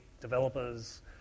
developers